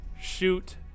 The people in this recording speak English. shoot